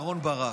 אהרן ברק.